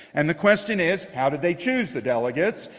and the question is, how did they choose the delegates?